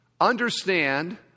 understand